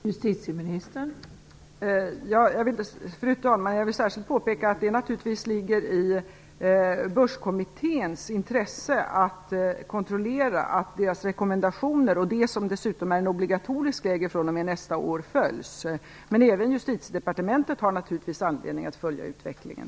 Fru talman! Jag vill särskilt påpeka att det naturligtvis ligger i börskommitténs intresse att kontrollera att rekommendationen - som dessutom är en obligatorisk regel från och med nästa år - följs. Men även Justitiedepartementet har naturligtvis anledning att följa utvecklingen.